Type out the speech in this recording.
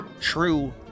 true